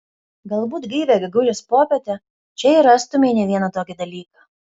galbūt gaivią gegužės popietę čia ir rastumei ne vieną tokį dalyką